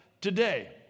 today